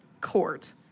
court